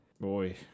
boy